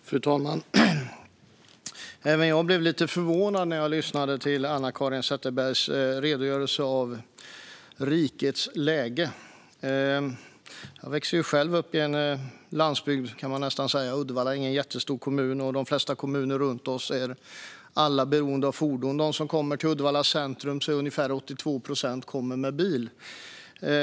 Fru talman! Även jag blev lite förvånad när jag lyssnade på Anna-Caren Sätherbergs redogörelse av läget i riket. Jag växte själv upp nära landsbygden. Uddevalla är ingen stor kommun, och i de flesta kommuner runt oss är alla beroende av fordon. Ungefär 82 procent av dem som kommer till Uddevalla centrum åker bil.